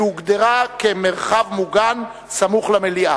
שהוגדרה כמרחב מוגן סמוך למליאה.